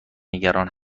نگران